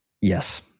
Yes